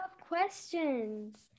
questions